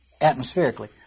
atmospherically